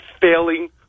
failing